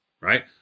right